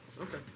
Okay